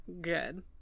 Good